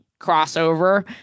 crossover